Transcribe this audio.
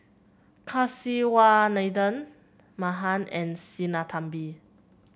Kasiviswanathan Mahan and Sinnathamby